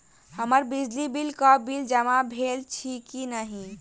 हम्मर बिजली कऽ बिल जमा भेल अछि की नहि?